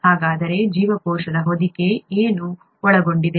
ಹಾಗಾದರೆ ಜೀವಕೋಶದ ಹೊದಿಕೆ ಏನು ಒಳಗೊಂಡಿದೆ